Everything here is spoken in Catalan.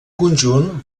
conjunt